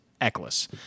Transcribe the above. Eckles